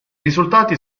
risultati